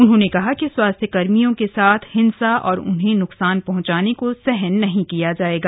उन्होंने कहा कि स्वास्थ्यकर्मियों के साथ हिंसा और उन्हें नुकसान पहुंचाने को सहन नहीं किया जाएगा